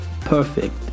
perfect